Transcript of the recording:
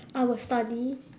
I will study